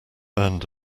earned